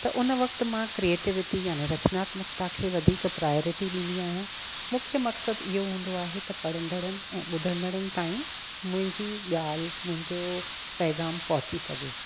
त उन वक़्तु मां क्रिएटिविटी याने रचनात्मकता खे वधीक प्रायोरिटी ॾींदी आहियां मुख्य मक़सदु इहो हूंदो आहे त पढ़ंदड़नि ऐं ॿुधंदड़नि ताईं मुंहिंजी ॻाल्हि मुंहिंजो पैग़ाम पहुची सघे